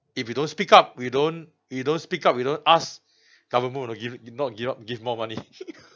if you don't speak up we don't you don't speak up you don't ask government will not give it not give us give more money